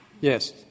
Yes